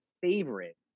favorite